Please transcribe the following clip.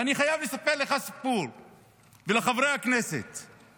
ואני חייב לספר לך ולחברי הכנסת סיפור.